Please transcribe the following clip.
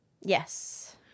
Yes